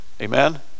Amen